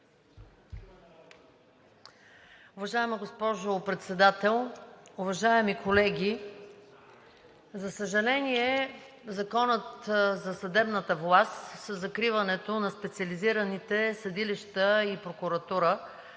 Уважаема госпожо Председател, уважаеми колеги! За съжаление, Законът за съдебната власт със закриването на специализираните съдилища и прокуратура